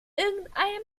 irgendeinem